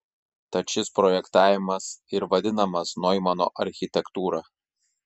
tad šis projektavimas ir vadinamas noimano architektūra